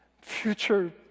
future